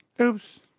Oops